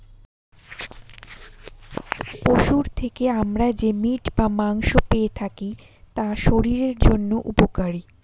পশুর থেকে আমরা যে মিট বা মাংস পেয়ে থাকি তা শরীরের জন্য উপকারী